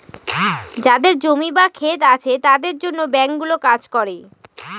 যাদের জমি বা ক্ষেত আছে তাদের জন্য ব্যাঙ্কগুলো কাজ করে